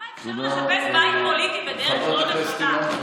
כמה אפשר לחפש בית פוליטי בדרך לא נכונה,